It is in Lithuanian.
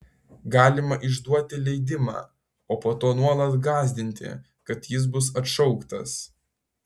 galima išduoti leidimą o po to nuolat gąsdinti kad jis bus atšauktas